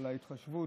על ההתחשבות.